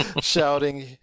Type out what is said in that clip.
shouting